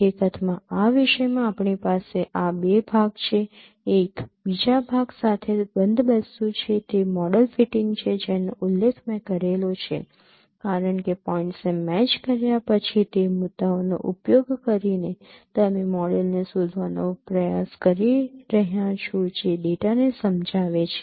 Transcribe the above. હકીકત માં આ વિષય માં આપણી પાસે આ બે ભાગ છે એક બીજા ભાગ સાથે બંધબેસતું છે તે મોડેલ ફિટિંગ છે જેનો ઉલ્લેખ મેં કરેલો છે કારણ કે પોઇન્ટ્સ ને મેચ કર્યા પછી તે મુદ્દાઓનો ઉપયોગ કરીને તમે મોડેલને શોધવાનો પ્રયાસ કરી રહ્યા છો જે ડેટાને સમજાવે છે